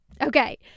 Okay